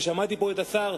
ושמעתי פה את השר,